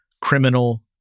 criminal